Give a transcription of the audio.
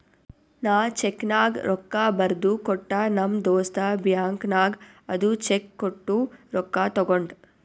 ನಾ ಚೆಕ್ನಾಗ್ ರೊಕ್ಕಾ ಬರ್ದು ಕೊಟ್ಟ ನಮ್ ದೋಸ್ತ ಬ್ಯಾಂಕ್ ನಾಗ್ ಅದು ಚೆಕ್ ಕೊಟ್ಟು ರೊಕ್ಕಾ ತಗೊಂಡ್